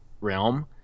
realm